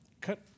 cut